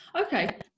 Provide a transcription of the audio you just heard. okay